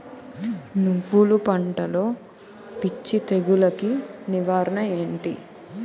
నువ్వులు పంటలో పిచ్చి తెగులకి నివారణ ఏంటి?